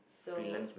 so